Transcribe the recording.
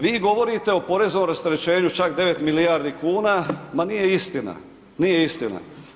Vi govorite o poreznom rasterećenju čak 9 milijardi kuna, ma nije istina, nije istina.